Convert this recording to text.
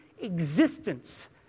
existence